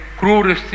crude